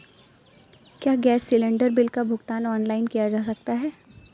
क्या gas cylinder bill का भुगतान ऑनलाइन किया जा सकता है?